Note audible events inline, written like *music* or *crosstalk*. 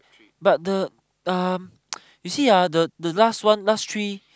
but the um *noise* you see ah the the last one last three